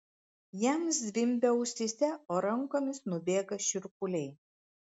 jam zvimbia ausyse o rankomis nubėga šiurpuliai